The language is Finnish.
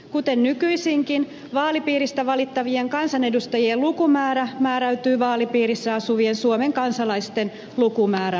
kuten nykyisinkin vaalipiiristä valittavien kansanedustajien lukumäärä määräytyy vaalipiirissä asuvien suomen kansalaisten lukumäärän perusteella